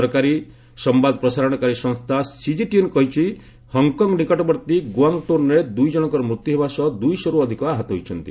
ସରକାରୀ ସମ୍ଭାଦ ପ୍ରସାରଣକାରୀ ସଂସ୍ଥା ସିଜିଟିଏନ୍ କହିଛନ୍ତି ହଙ୍ଗକଙ୍ଗ ନିକଟବର୍ତ୍ତୀ ଗୁଆଙ୍ଗଡୋନ୍ରେ ଦୁଇ ଜଣଙ୍କ ମୃତ୍ୟୁ ହେବା ସହ ଦୁଇ ଶହରୁ ଅଧିକ ଆହତ ହୋଇଛନ୍ତି